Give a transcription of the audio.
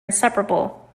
inseparable